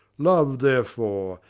love, therefore,